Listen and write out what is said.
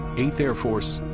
eighth air force,